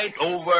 over